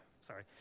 sorry